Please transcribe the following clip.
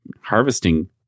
harvesting